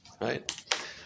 right